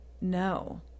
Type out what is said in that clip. no